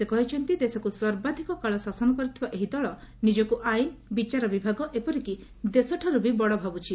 ସେ କହିଛନ୍ତି ଦେଶକୁ ସର୍ବାଧିକ କାଳ ଶାସନ କରିଥିବା ଏହି ଦଳ ନିଜକୁ ଆଇନ ବିଚାର ବିଭାଗ ଏପରିକି ଦେଶଠାରୁ ବି ବଡ଼ ଭାବିଛି